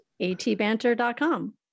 atbanter.com